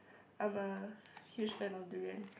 I am a huge fan of durian